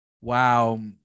Wow